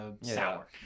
sour